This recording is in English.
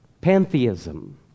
Pantheism